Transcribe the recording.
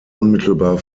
unmittelbar